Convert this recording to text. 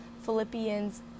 Philippians